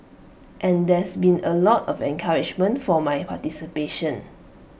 and there's been A lot of encouragement for my participation